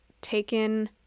taken